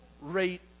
rate